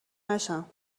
نشم